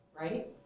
right